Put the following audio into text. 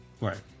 right